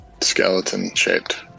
skeleton-shaped